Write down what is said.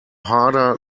harder